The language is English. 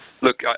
Look